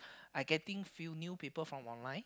I getting few new people from online